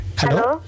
hello